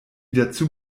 dazu